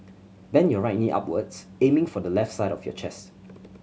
bend your right knee upwards aiming for the left side of your chest